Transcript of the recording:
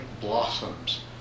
blossoms